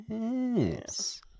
Yes